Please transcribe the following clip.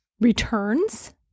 returns